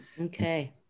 Okay